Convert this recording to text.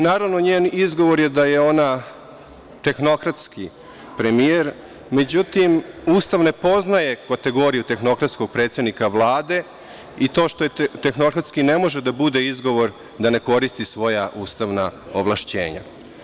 Naravno, njen izgovor je da je ona tehnokratski premijer, međutim Ustav ne poznaje kategoriju tehnokratskog predsednika Vlade i to što je tehnokratski ne može da bude izgovor da ne koristi svoja ustavna ovlašćenja.